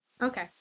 Okay